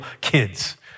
kids